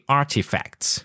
artifacts